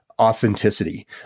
authenticity